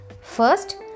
first